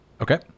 okay